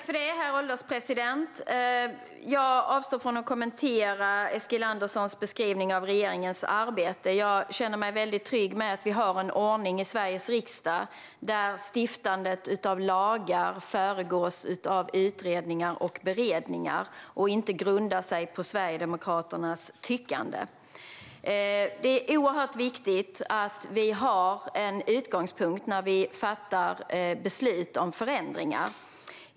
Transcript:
Herr ålderspresident! Jag avstår från att kommentera Eskilanderssons beskrivning av regeringens arbete. Jag känner mig väldigt trygg med att vi har en ordning i Sveriges riksdag där stiftandet av lagar föregås av utredningar och beredningar och inte grundar sig på Sverigedemokraternas tyckande. Det är oerhört viktigt att vi har en utgångspunkt när vi fattar beslut om förändringar.